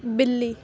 بلی